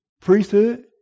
priesthood